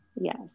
Yes